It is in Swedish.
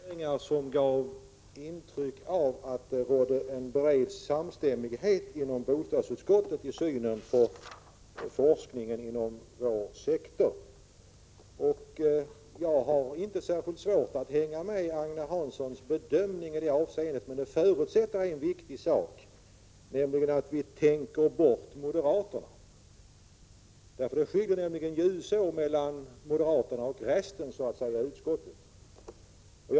Herr talman! Utskottets värderade ordförande inledde med formuleringar som gav intrycket att det råder en bred samstämmighet inom bostadsutskottet när det gäller forskningen inom vår sektor. Jag har inte svårt att förstå Agne Hanssons bedömning i det avseendet, men det förutsätter att vi tänker bort moderaterna. Det skiljer nämligen ljusår mellan moderaterna och resten av utskottet.